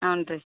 ಹಾಂ ರೀ